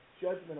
judgment